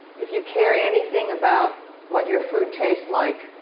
if you care anything about what your food tastes like,